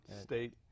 State